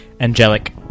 Angelic